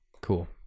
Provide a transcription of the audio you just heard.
Cool